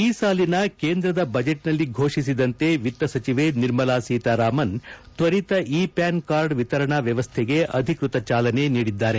ಈ ಸಾಲಿನ ಕೇಂದ್ರದ ಬಜೆಟ್ನಲ್ಲಿ ಫೋಷಿಸಿದಂತೆ ವಿತ್ತ ಸಚಿವೆ ನಿರ್ಮಲಾ ಸೀತಾರಾಮನ್ ತ್ವರಿತ ಇ ಪ್ಯಾನ್ ಕಾರ್ಡ್ ವಿತರಣಾ ವ್ಚವಸ್ಥೆಗೆ ಅಧಿಕೃತ ಚಾಲನೆ ನೀಡಿದರು